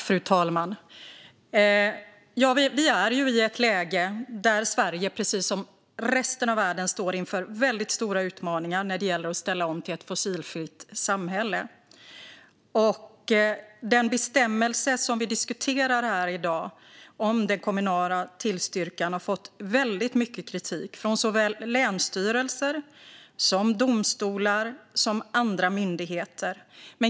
Fru talman! Vi är i ett läge där Sverige precis som resten av världen står inför väldigt stora utmaningar när det gäller att ställa om till ett fossilfritt samhälle. Den bestämmelse som vi diskuterar här i dag om den kommunala tillstyrkan har fått väldigt mycket kritik från såväl länsstyrelser som domstolar och andra myndigheter.